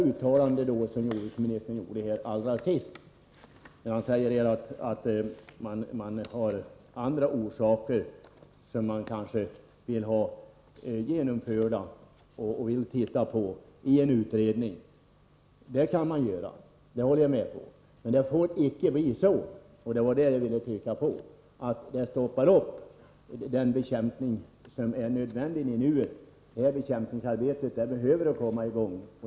Jordbruksministern gjorde allra sist ett uttalande om att det kan finnas andra orsaker som man vill titta på i en utredning. Det kan man göra, men det får icke bli så — och det vill jag trycka på — att det stoppar upp den bekämpning som är nödvändig i nuet. Bekämpningsarbetet behöver komma i gång.